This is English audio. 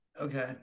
okay